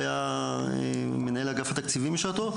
שהיה מנהל אגף התקציבים בשעתו,